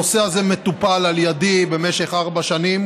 הנושא הזה מטופל על ידי במשך ארבע שנים,